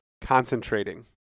concentrating